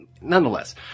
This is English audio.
nonetheless